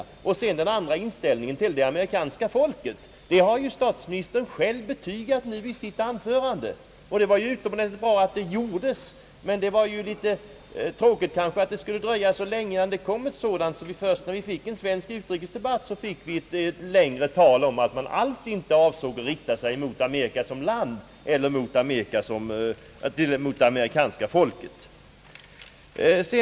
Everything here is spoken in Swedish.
Å andra sidan gäller det inställningen till det amerikanska folket. På den punkten har statsministern nu gjort ett klarläggande, och det var utomordentligt bra att så skedde, men det är ju litet tråkigt att det skulle dröja så länge. Först när vi fick en svensk utrikesdebatt blev det ett längre tal från statsministerns sida att den svenska regeringen inte alls har avsett att rikta sig mot Amerika som land betraktat eller mot det amerikanska folket.